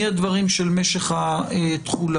מהדברים של משך התחולה,